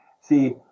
See